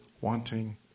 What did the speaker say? wanting